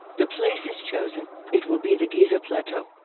the place is chosen it will be the giza plateau.